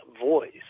voice